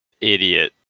Idiot